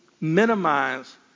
minimize